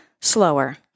slower